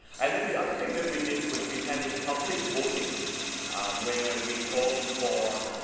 and then the other thing that we did was we had a public voting where we called for